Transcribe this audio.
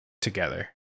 together